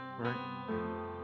right